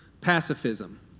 pacifism